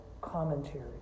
commentary